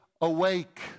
awake